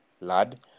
lad